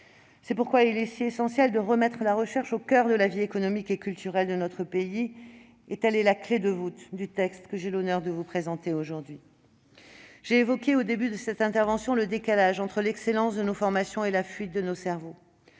C'est pourquoi il est si essentiel de remettre la recherche au coeur de la vie économique et culturelle de notre pays. Telle est la clé de voûte du texte que j'ai l'honneur de vous présenter aujourd'hui. J'ai évoqué, au début de cette intervention, le décalage entre l'excellence de nos formations et la fuite de nos cerveaux.